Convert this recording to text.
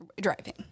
driving